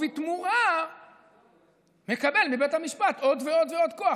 ובתמורה מקבל מבית המשפט עוד ועוד ועוד כוח,